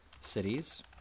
cities